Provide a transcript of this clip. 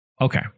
Okay